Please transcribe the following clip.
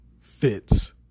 fits